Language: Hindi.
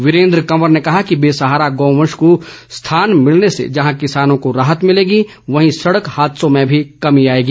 वीरेन्द्र कंवर ने कहा कि बेसहारा गौवंश को स्थान मिलने से जहां किसानों को राहत मिलेगी वहीं सड़क हादसों में भी कमी आएगी